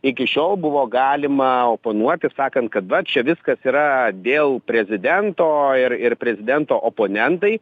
iki šiol buvo galima oponuot taip sakant kad va čia viskas yra dėl prezidento ir ir prezidento oponentai